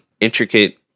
intricate